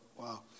Wow